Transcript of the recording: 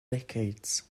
decades